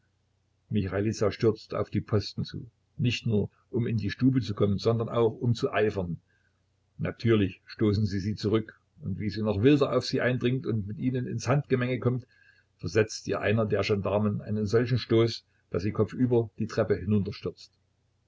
michailiza stürzt auf die posten zu nicht nur um in die stube zu kommen sondern auch um zu eifern natürlich stoßen sie sie zurück und wie sie noch wilder auf sie eindringt und mit ihnen ins handgemenge kommt versetzt ihr einer der gendarmen einen solchen stoß daß sie kopfüber die treppe